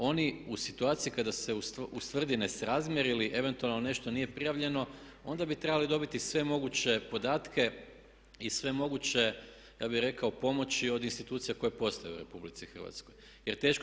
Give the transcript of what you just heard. Oni u situaciji kada se ustvrdi nesrazmjer ili eventualno nešto nije prijavljeno, onda bi trebali dobiti sve moguće podatke i sve moguće ja bih rekao pomoći od institucija koje postoje u Republici Hrvatskoj.